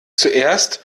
zuerst